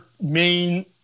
main